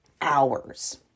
hours